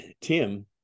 Tim